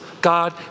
God